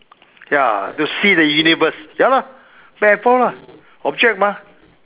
ya to see the universe ya lah back and forth lah object mah